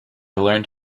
learned